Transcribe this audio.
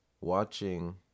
watching